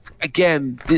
again